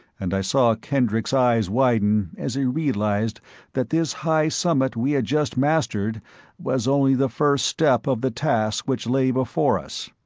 and i saw kendricks' eyes widen as he realized that this high summit we had just mastered was only the first step of the task which lay before us.